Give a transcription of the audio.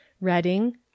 Reading